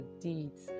deeds